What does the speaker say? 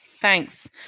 Thanks